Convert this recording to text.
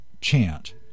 chant